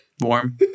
Warm